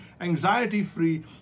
anxiety-free